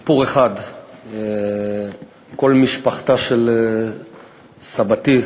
סיפור אחד: כל משפחתה של סבתי